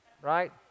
Right